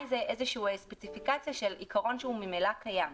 בעיניי זו איזושהי ספסיפיקציה של עיקרון שהוא ממילא קיים.